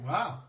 Wow